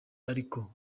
ariko